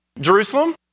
Jerusalem